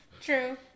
True